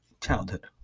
childhood